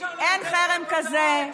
אין חרם כזה.